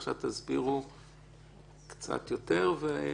עכשיו תסבירו קצת יותר ונתקדם.